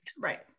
Right